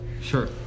Sure